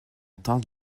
tante